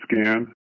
scan